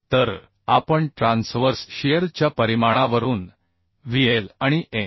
तर आपण transverse shear च्या परिमाणावरून VL आणि M